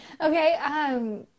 Okay